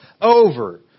over